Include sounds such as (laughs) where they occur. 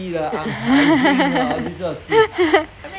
(laughs)